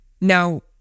Now